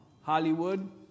Hollywood